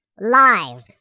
live